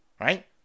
Right